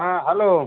হ্যাঁ হ্যালো